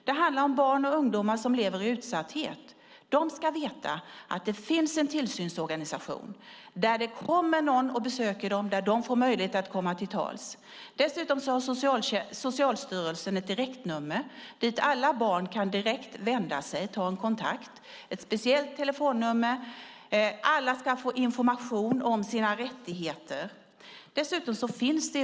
Det handlar om barn och ungdomar som lever i utsatthet. De ska veta att det finns en tillsynsorganisation och att någon kommer att besöka dem och att de får möjlighet att komma till tals. Socialstyrelsen har ett direktnummer som alla barn kan ringa för att få en kontakt. Det är ett speciellt telefonnummer. Alla ska få information om sina rättigheter.